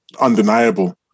undeniable